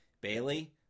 Bailey